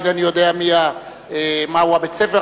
אינני יודע מיהו בית-הספר,